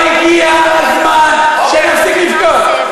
אבל הגיע הזמן שנפסיק לבכות.